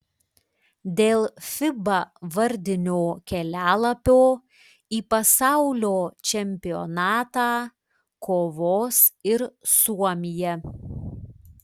dėl fiba vardinio kelialapio į pasaulio čempionatą kovos ir suomija